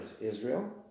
Israel